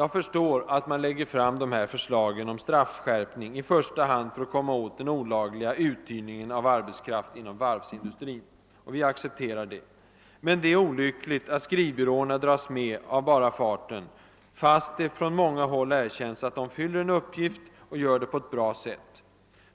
Jag förstår att regeringspartiet lägger fram dessa förslag om straffskärpning i första hand för att komma åt den olagliga uthyrningen av arbetskraft inom varvsindustrin. Vi accepterar det. Men det är olyckligt att skrivbyråerna dras med av bara farten, fastän det från många håll har erkänts att de fyller en uppgift och gör det på ett bra sätt.